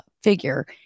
figure